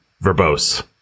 verbose